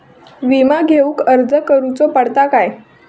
विमा घेउक अर्ज करुचो पडता काय?